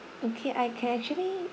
okay I can actually